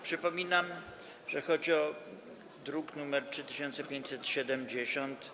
Przypominam, że chodzi o druk 3570.